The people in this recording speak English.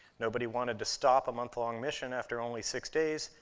nobody wanted to stop a month-long mission after only six days,